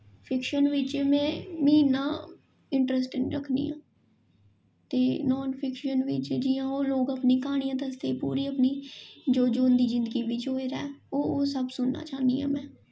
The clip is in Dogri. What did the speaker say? फिक्शन बिच्च में में इन्ना इंट्रस्ट निं रक्खनी आं ते नॉन फिक्शन बिच्च जियां ओह् लोग अपनियां क्हानियां दसदे पूरी अपनी जो जो उंदी जिन्दगी बिच्च होएदा ऐ ओह् ओह् सब सुनना चाह्न्नी आं में